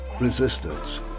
resistance